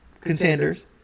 contenders